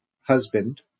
husband